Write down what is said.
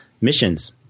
missions